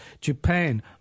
Japan